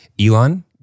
Elon